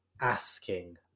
ASKING